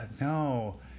No